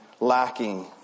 lacking